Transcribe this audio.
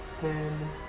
ten